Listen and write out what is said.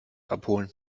abholen